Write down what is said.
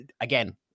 again